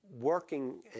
working